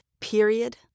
Period